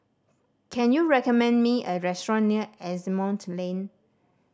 can you recommend me a restaurant near Asimont Lane